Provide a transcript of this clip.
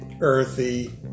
earthy